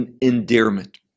endearment